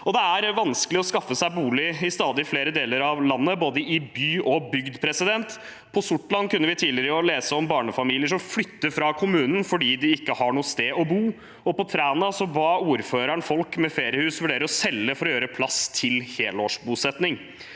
Det er vanskelig å skaffe seg bolig i stadig flere deler av landet, både i by og bygd. Vi kunne tidligere i år lese om barnefamilier på Sortland som flytter fra kommunen fordi de ikke har noe sted å bo, og på Træna ba ord føreren folk med feriehus vurdere å selge for å gjøre plass til helårsbosetting.